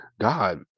God